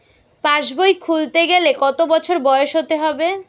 পাশবই খুলতে গেলে কত বছর বয়স হতে হবে?